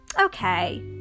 okay